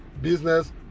business